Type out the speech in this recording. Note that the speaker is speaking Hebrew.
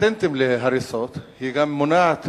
פטנטים להריסות, היא גם מונעת